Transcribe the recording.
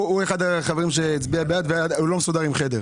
הוא אחד החברים שהצביע בעד והוא לא מסודר עם חדר.